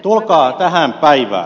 tulkaa tähän päivään